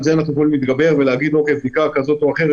על זה אנחנו יכולים להתגבר ויכולים להגיד שבדיקה כזאת או אחרת,